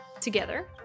together